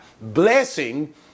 blessing